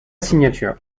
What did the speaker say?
signature